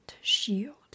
shield